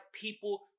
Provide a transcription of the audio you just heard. people